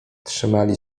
trzymali